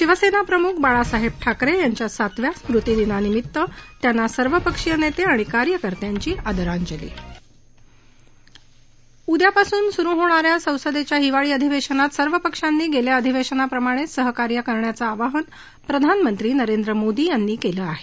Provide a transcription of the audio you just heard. शिवसेनाप्रमुख बाळासाहेब ठाकरे यांच्या सातव्या स्मृतिदिनानिमित्त त्यांना सर्वपक्षीय नेते आणि कार्यकर्त्यांची आदरांजली उद्यापासून सुरु होणाऱ्या संसदेच्या हिवाळी अधिवेशनात सर्व पक्षांनी गेल्या अधिवेशनाप्रमाणेच सहकार्य करण्याचं आवाहन प्रधानमंत्री नरेंद्र मोदी यांनी केलं आहे